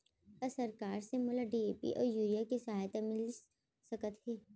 का सरकार से मोला डी.ए.पी अऊ यूरिया के सहायता मिलिस सकत हे?